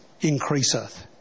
increaseth